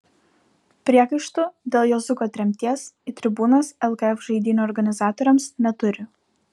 priekaištų dėl juozuko tremties į tribūnas lkf žaidynių organizatoriams neturi